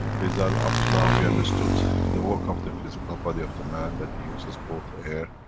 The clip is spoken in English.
is that, up to now we understood the work of the physical body of the man, that he uses both air,